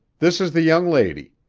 this is the young lady.